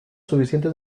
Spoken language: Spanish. suficientes